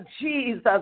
Jesus